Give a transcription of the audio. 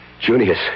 Junius